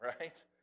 right